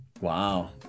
Wow